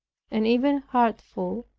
and even hurtful,